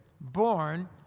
born